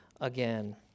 again